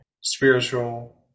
spiritual